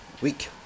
Week